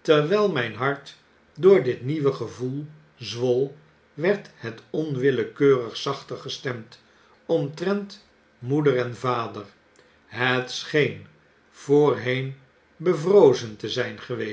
terwyl myn hart door dit nieuwe gevoel zwol werd het onwillekeurig zachter gestemd omtrent moeder en vader het scheen voorheen bevrozen te zijn geweest